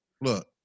Look